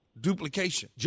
duplication